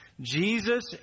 Jesus